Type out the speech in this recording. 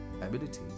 abilities